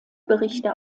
berichte